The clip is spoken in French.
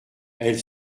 elle